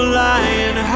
lying